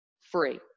free